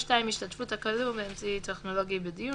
(2)השתתפות הכלוא באמצעי טכנולוגי בדיון,